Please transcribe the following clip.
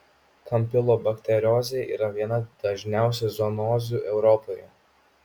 kampilobakteriozė yra viena dažniausių zoonozių europoje